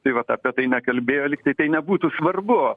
tai vat apie tai nekalbėjo lyg tai tai nebūtų svarbu